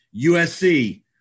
USC